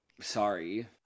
Sorry